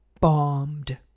bombed